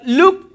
look